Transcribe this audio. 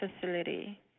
facility